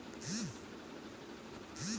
Card क pin बदले बदी का करे के होला?